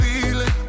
feeling